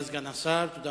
ההצעה להעביר